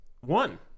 one